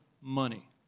money